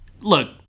Look